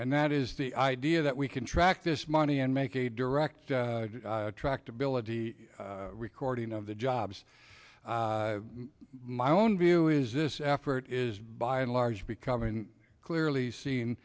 and that is the idea that we can track this money and make a direct tractability recording of the jobs my own view is this effort is by and large becoming clearly seen